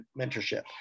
mentorship